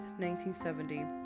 1970